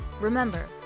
remember